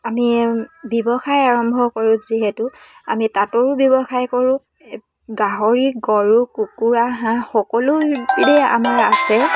আমি এই ব্যৱসায় আৰম্ভ কৰোঁ যিহেতু আমি তাঁতৰো ব্যৱসায় কৰোঁ এই গাহৰি গৰু কুকুৰা হাঁহ সকলোবিধেই আমাৰ আছে